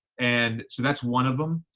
and so that's one of them.